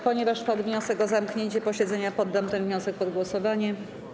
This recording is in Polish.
Ponieważ padł wniosek o zamknięcie posiedzenia, poddam ten wniosek pod głosowanie.